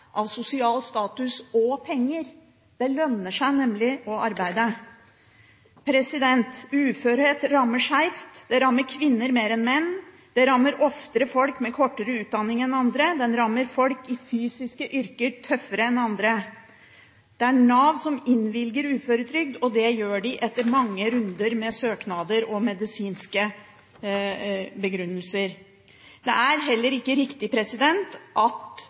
av sosial status og penger. Det lønner seg nemlig å arbeide. Uførhet rammer skeivt, det rammer kvinner mer enn menn, det rammer oftere folk med kortere utdanning enn andre, det rammer folk i fysiske yrker tøffere enn andre. Det er Nav som innvilger uføretrygd, og det gjør de etter mange runder med søknader og medisinske begrunnelser. Det er heller ikke riktig at